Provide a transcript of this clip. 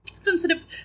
sensitive